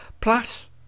plus